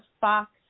Fox